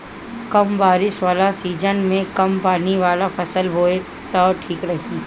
कम बारिश वाला सीजन में कम पानी वाला फसल बोए त ठीक रही